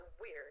weird